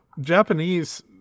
Japanese